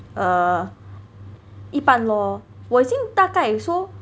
err 一半 lor 我已经大概 so